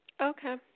Okay